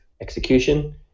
execution